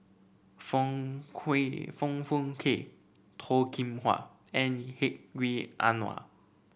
Foong Kui Foong Fook Kay Toh Kim Hwa and Hedwig Anuar